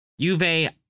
Juve